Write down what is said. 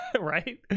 Right